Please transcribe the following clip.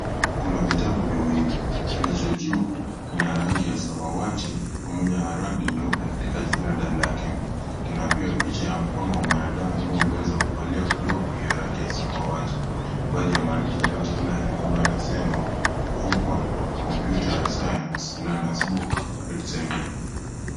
Kuna vitabu viwili kilicho juu kina rangi ya samawati pamoja na rangi nyeupe katika jalada lake, kina pia picha ya mkono wa mwanadamu ambao uliweza kuvalia glovu ya rangi ya samawati baadhi ya maandishi yaliyo katika lugha ya kimombo yanasema Longhorn Computer Science Learner's Book Grade Seven .